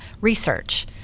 research